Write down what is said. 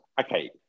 okay